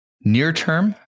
Near-term